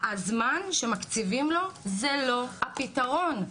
הזמן שמקציבים לו, הוא לא הפתרון.